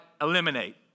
eliminate